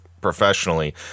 professionally